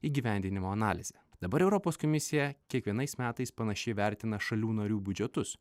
įgyvendinimo analizę dabar europos komisija kiekvienais metais panašiai vertina šalių narių biudžetus